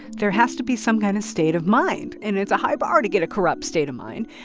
there has to be some kind of state of mind. and it's a high bar to get a corrupt state of mind.